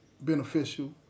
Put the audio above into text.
beneficial